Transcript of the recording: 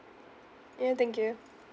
ya thank you